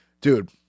dude